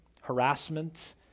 harassment